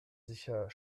sicher